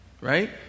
right